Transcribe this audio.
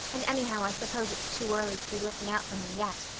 and anyhow i suppose it's too early to be looking out for him yet.